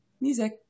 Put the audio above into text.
Music